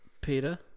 Peter